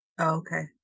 Okay